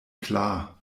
klar